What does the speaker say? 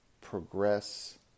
progress